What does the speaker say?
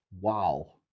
Wow